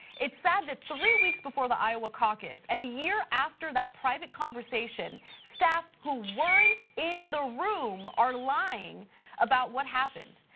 it's sad that, three weeks before the iowa caucus and a year after that private conversation, staff who weren't in the room are lying about what happened.